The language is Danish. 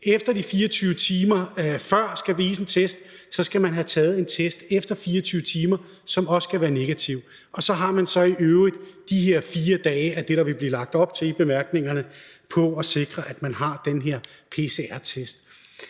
fra 24 timer før, og så skal man efter 24 timer have taget en test, som også skal være negativ. Og så har man i øvrigt de her 4 dage – er det, der vil blive lagt op til i bemærkningerne – til at sikre, at man har den her pcr-test.